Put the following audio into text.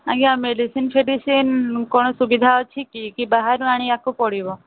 ଆଜ୍ଞା ମେଡିସିନ୍ ଫେଡ଼ିସିନ୍ କ'ଣ ସୁବିଧା ଅଛି କି କି ବାହାରୁ ଆଣିବାକୁ ପଡ଼ିବ